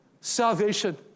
salvation